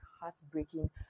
heartbreaking